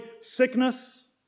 sickness